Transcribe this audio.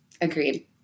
Agreed